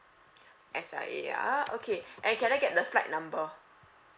S_I_A ah okay and can I get the flight number